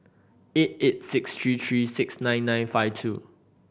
eight eight six three three six nine nine five two